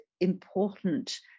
important